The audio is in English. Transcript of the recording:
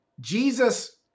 Jesus